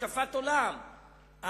השקפת עולם,